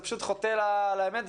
זה פשוט חוטא לאמת,